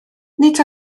nid